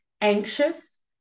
anxious